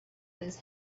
his